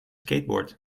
skateboard